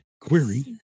Query